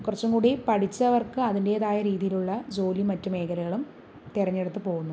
കുറച്ചുകൂടി പഠിച്ചവര്ക്ക് അതിന്റേതായ രീതിയിലുള്ള ജോലി മറ്റു മേഖലകളും തെരഞ്ഞെടുത്ത് പോകുന്നു